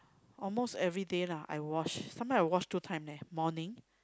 almost everyday lah I wash sometime I wash two time leh morning